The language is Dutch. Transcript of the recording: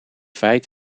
feit